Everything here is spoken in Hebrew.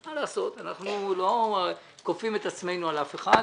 מה לעשות, אנחנו לא כופים את עצמנו על אף אחד.